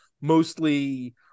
mostly